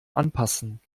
anpassen